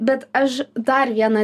bet aš dar vieną